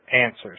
answers